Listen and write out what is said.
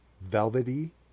velvety